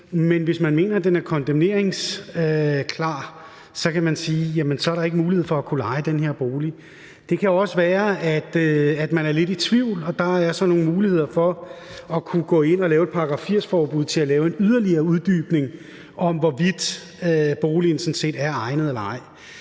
Men hvis man mener, at den er kondemnabel, så er der ikke mulighed for at kunne leje den bolig. Det kan også være, at man er lidt i tvivl, og så er der nogle muligheder for at kunne gå ind at lave et § 80-forbud for at lave en yderligere uddybning af, hvorvidt boligen sådan set er egnet eller ej.